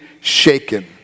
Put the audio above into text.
shaken